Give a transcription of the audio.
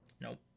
Nope